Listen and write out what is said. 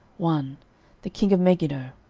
one the king of megiddo,